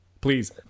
please